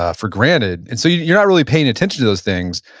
ah for granted. and so you're not really paying attention to those things.